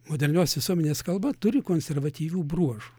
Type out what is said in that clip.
modernios visuomenės kalba turi konservatyvių bruožų